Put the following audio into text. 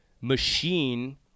machine